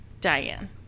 Diane